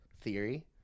theory